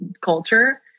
culture